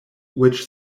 which